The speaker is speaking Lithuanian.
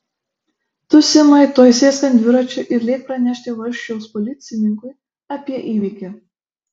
tu simai tuoj sėsk ant dviračio ir lėk pranešti valsčiaus policininkui apie įvykį